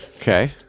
Okay